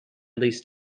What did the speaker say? least